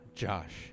Josh